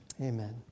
Amen